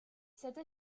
cette